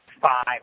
five